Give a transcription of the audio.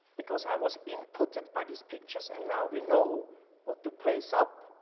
because i was inputted by these pictures and now we know what to place up,